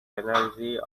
energy